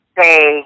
say